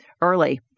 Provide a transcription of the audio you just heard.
early